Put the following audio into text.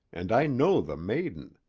and i know the maiden.